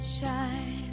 shine